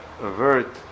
avert